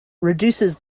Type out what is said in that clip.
reduces